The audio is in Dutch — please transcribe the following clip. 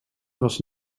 was